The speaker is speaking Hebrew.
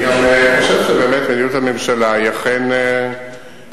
אני חושב שבאמת מדיניות הממשלה היא אכן להגיב,